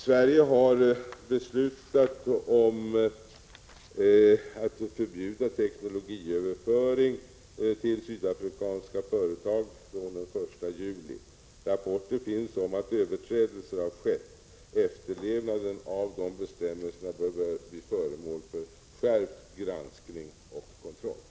Sverige har beslutat om förbud av teknologiöverföring till sydafrikanska företag från den 1 juli. Rapporter finns om att överträdelser har skett. Efterlevnaden av dessa bestämmelser bör bli föremål för skärpt granskning och kontroll.